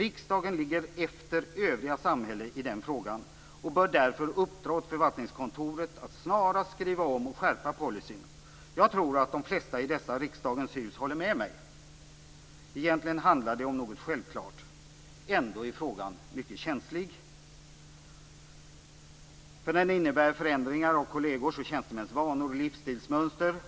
Riksdagen ligger efter det övriga samhället i den frågan och bör därför uppdra åt förvaltningskontoret att snarast skriva om och skärpa policyn. Jag tror att de flesta i dessa riksdagens hus håller med mig. Egentligen handlar det om något självklart. Ändå är frågan mycket känslig. Den innebär förändringar av kollegers och tjänstemäns vanor och livsstilsmönster.